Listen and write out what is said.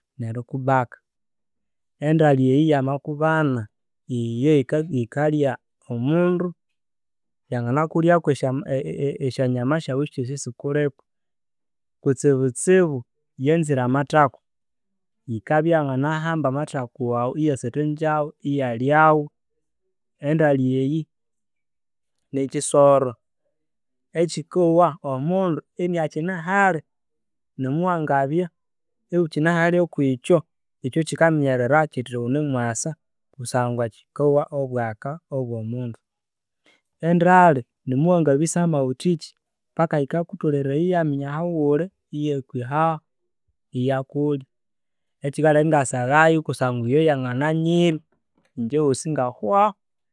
Neri kubaka. Endali eyi ymakubana, iyo yaklya omundu. Yangana kulya kwe syanyama syaghu esyosi esikuliko. Yikabya iyanganahamba amathaku waghu iylyagho. Endali eyi nikisoro ekyikowa omundu aniakine hali, nomuwangabya iwukine hali okwikyo, ikyo kikaminyerea kithi une mwasa kusangwa kikowa obwaka obwo'mundu. Endali na muwangabisama ghuthiki paka yikakutholoreya iyayaminya ahowuli iyaya kwihaho, iya kulya. Ekikaleka inga saghayo kusangwa iyo yangananyirya ingye wosi ingahwaho.